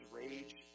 rage